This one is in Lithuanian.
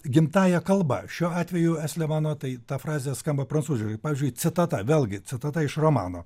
gimtąja kalba šiuo atveju estlemano tai ta frazė skamba prancūzijoje pavyzdžiui citata vėlgi citata iš romano